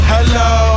Hello